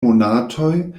monatoj